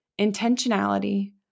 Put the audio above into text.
Intentionality